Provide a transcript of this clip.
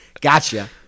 gotcha